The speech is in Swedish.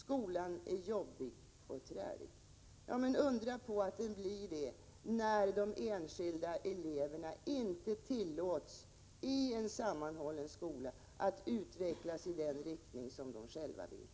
Skolan är jobbig och trälig.” Undra på att den blir det, när de enskilda eleverna inte tillåts i en sammanhållen skola att utvecklas i den riktning som de själva vill!